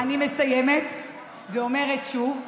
קטי, אני מסיימת ואומרת שוב: